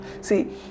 See